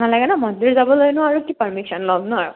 নালাগে নহ্ মন্দিৰ যাবলৈনো আৰু কি পাৰ্মিশ্য়ন ল'ম নহ্